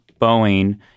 Boeing –